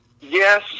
Yes